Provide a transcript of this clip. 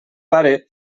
pare